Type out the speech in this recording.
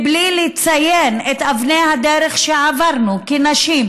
מבלי לציין את אבני הדרך שעברנו כנשים,